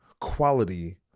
quality